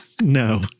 no